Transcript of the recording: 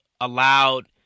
allowed